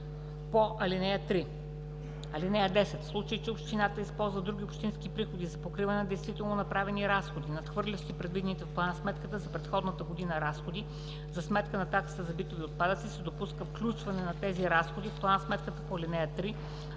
по ал. 3. (10) В случай че общината използва други общински приходи за покриване на действително направени разходи, надхвърлящи предвидените в план-сметката за предходната година разходи за сметка на таксата за битови отпадъци, се допуска включване на тези разходи в план-сметката по ал. 3